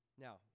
Now